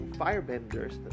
firebenders